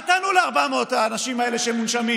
מה תענו ל-400 האנשים האלה שמונשמים